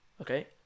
okay